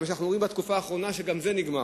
אבל בתקופה האחרונה אנחנו רואים שגם זה נגמר.